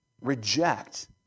reject